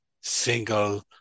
single